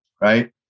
right